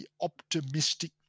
optimistic